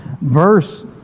verse